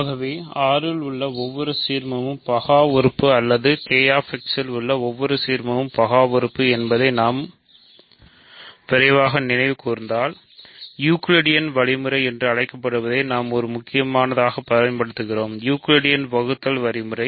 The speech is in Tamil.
ஆகவே Z இல் உள்ள ஒவ்வொரு சீர்மமும் பகா உறுப்பு அல்லது K x இல் உள்ள ஒவ்வொரு சீர்மமும் பகா உறுப்பு என்பதை நாம் விரைவாக நினைவு கூர்ந்தால் யூக்ளிடியன் வழிமுறை என்று அழைக்கப்படுவதை நாம் முக்கியமாகப் பயன்படுத்தினோம் யூ கிளைடியன் வகுத்தல் வழிமுறை